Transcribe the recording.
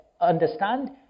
understand